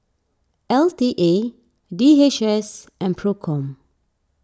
L T A D H S and Procom